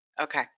Okay